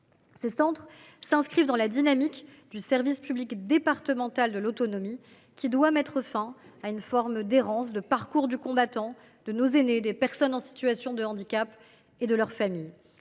Ces centres s’inscrivent dans la dynamique du service public départemental de l’autonomie qui doit mettre fin à une forme d’errance, voire de parcours du combattant de nos aînés, des personnes en situation de handicap et de leurs familles.